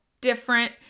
different